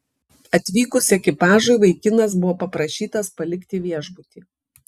atvykus ekipažui vaikinas buvo paprašytas palikti viešbutį